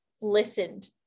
listened